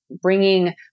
bringing